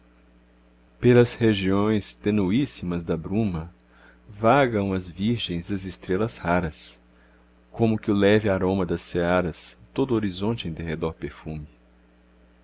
pelas regiões tenuíssimas da bruma vagam as virgens e as estrelas raras como que o leve aroma das searas todo o horizonte em derredor perfume